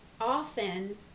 often